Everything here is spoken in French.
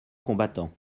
combattants